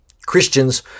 Christians